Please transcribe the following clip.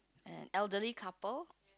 an elderly couple